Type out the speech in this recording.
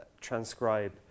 transcribe